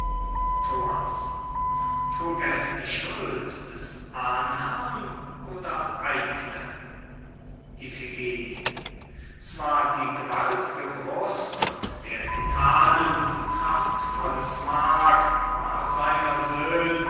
trug es die schuld des ahnherrn oder eigne iphigenie zwar die gewalt'ge brust und der titanen kraftvolles mark war seiner